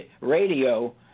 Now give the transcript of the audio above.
radio